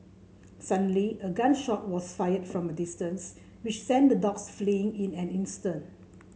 suddenly a gun shot was fired from a distance which sent the dogs fleeing in an instant